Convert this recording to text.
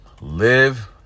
Live